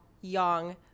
young